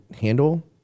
handle